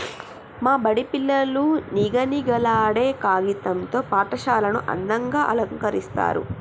మా బడి పిల్లలు నిగనిగలాడే కాగితం తో పాఠశాలను అందంగ అలంకరిస్తరు